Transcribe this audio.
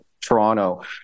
Toronto